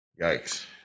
yikes